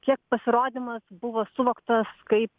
kiek pasirodymas buvo suvoktas kaip